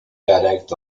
dialect